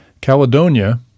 Caledonia